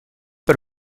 per